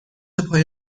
پای